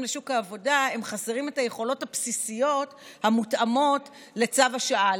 לשוק העבודה הם חסרים את היכולות הבסיסיות המותאמות לצו השעה,